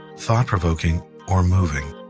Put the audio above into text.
thought-provoking or moving,